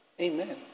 Amen